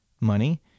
money